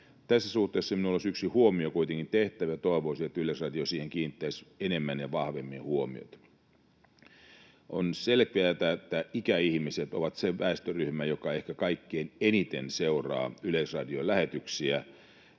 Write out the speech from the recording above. Tässä suhteessa minulla olisi yksi huomio kuitenkin tehtävänä, ja toivoisin, että Yleisradio siihen kiinnittäisi enemmän ja vahvemmin huomiota. On selkeätä, että ikäihmiset ovat se väestöryhmä, joka ehkä kaikkein eniten seuraa yleisradiolähetyksiä,